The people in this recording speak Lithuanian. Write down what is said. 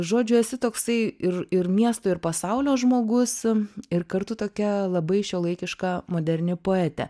žodžiu esi toksai ir ir miesto ir pasaulio žmogus ir kartu tokia labai šiuolaikiška moderni poetė